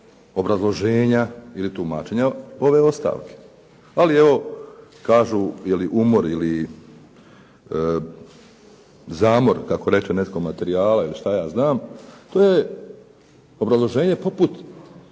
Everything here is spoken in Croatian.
obrazloženja ili tumačenja ove ostavke. Ali evo kažu ili umor ili zamor kako reče netko materijala, ili šta ja znam. To je obrazloženje poput